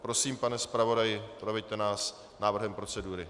Prosím, pane zpravodaji, proveďte nás návrhem procedury.